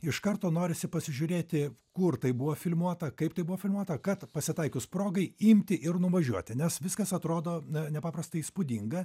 iš karto norisi pasižiūrėti kur tai buvo filmuota kaip tai buvo filmuota kad pasitaikius progai imti ir nuvažiuoti nes viskas atrodo na nepaprastai įspūdinga